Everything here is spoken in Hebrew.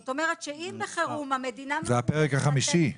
זהו הפרק החמישי?